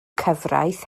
cyfraith